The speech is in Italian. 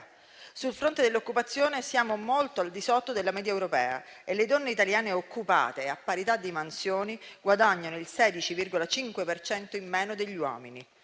Sul fronte dell'occupazione siamo molto al di sotto della media europea e le donne italiane occupate e a parità di mansioni guadagnano il 16,5 per cento in meno degli uomini.